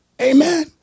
Amen